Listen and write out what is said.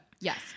yes